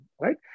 right